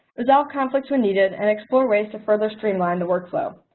resolve conflicts when needed, and explore ways to further streamline the workflow.